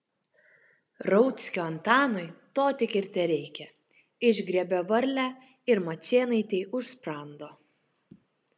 rauckio antanui to tik ir tereikia išgriebia varlę ir mačėnaitei už sprando